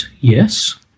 Yes